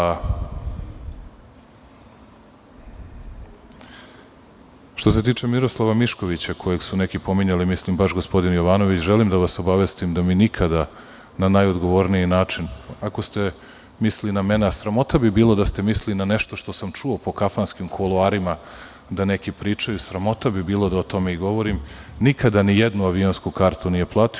Nije argument.) Što se tiče Miroslava Miškovića kojeg su neki pominjali, mislim baš gospodin Jovanović, želim da vas obavestim da nikada na najodgovorniji način, ako ste mislili na mene, a sramota bi bilo da ste mislili na nešto što sam čuo po kafanskim kuloarima da neki pričaju, sramota bi bilo da o tome i govorim, nikada ni jednu avionsku kartu nije platio.